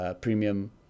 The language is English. premium